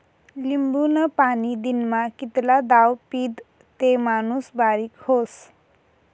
लिंबूनं पाणी दिनमा कितला दाव पीदं ते माणूस बारीक व्हस?